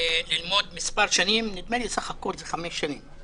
ללמוד מספר שנים, נדמה לי בסך הכול זה חמש שנים,